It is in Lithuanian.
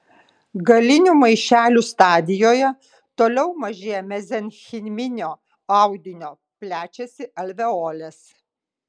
galinių maišelių stadijoje toliau mažėja mezenchiminio audinio plečiasi alveolės